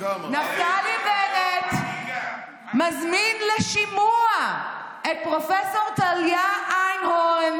נפתלי בנט מזמין לשימוע את פרופ' טליה איינהורן